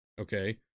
Okay